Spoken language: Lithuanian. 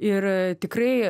ir tikrai